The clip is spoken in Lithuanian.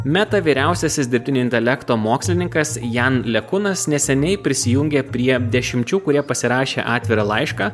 meta vyriausiasis dirbtinio intelekto mokslininkas jan lekunas neseniai prisijungė prie dešimčių kurie pasirašė atvirą laišką